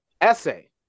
Essay